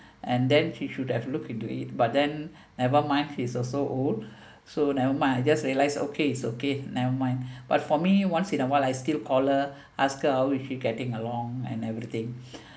and then she should have looked into it but then never mind she's also old so never mind I just realize okay it's okay never mind but for me once in a while I still call her ask her how is she getting along and everything